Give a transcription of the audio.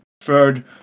third